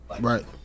Right